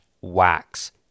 wax